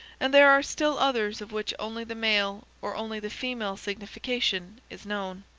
and there are still others of which only the male or only the female signification is known.